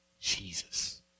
Jesus